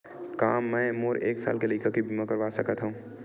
का मै मोर एक साल के लइका के बीमा करवा सकत हव?